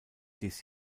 dies